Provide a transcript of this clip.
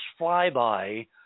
flyby